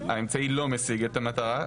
האמצעי לא משיג את המטרה,